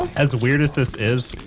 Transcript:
as weird as this is,